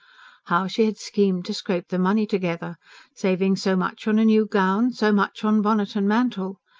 how she had schemed to scrape the money together saving so much on a new gown, so much on bonnet and mantle.